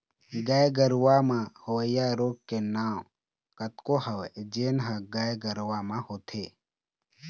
गाय गरूवा म होवइया रोग के नांव कतको हवय जेन ह गाय गरुवा म होथे